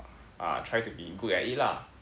uh try to be good at it lah